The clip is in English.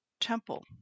Temple